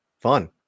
fun